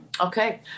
okay